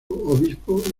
obispo